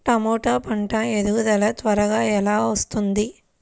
టమాట పంట ఎదుగుదల త్వరగా ఎలా వస్తుంది?